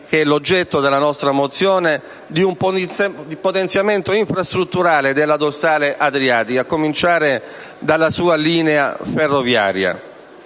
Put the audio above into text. che è l'oggetto della nostra mozione, di un potenziamento infrastrutturale della dorsale adriatica, a cominciare dalla sua linea ferroviaria.